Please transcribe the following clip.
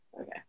Okay